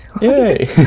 Yay